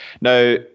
now